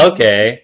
Okay